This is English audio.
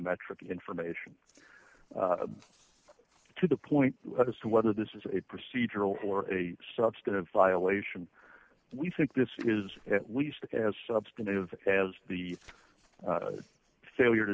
metric information to the point as to whether this is a procedural or a substantive violation we think this is at least as substantive as the failure to